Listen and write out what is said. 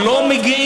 הם לא מגיעים.